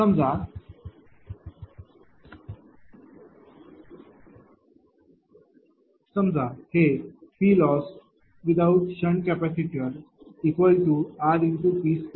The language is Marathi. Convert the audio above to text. समजा हे PLosswithout SCrP2Q2V2आहे